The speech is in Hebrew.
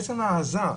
עצם ההעזה.